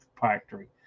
factory